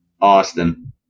Austin